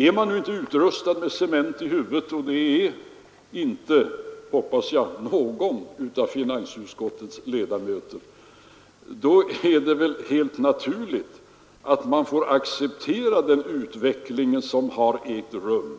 Är man inte utrustad med cement i huvudet — och det är inte, hoppas jag, någon av finansutskottets ledamöter — då är det väl helt naturligt att man får acceptera den utveckling som har ägt rum